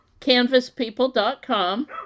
canvaspeople.com